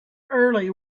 early